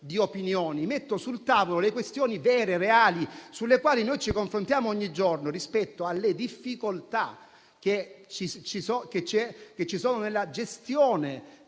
di opinioni; metto sul tavolo le questioni vere, reali, sulle quali noi ci confrontiamo ogni giorno rispetto alle difficoltà che ci sono nella gestione